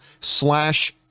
slash